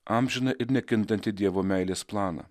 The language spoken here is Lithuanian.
amžiną ir nekintantį dievo meilės planą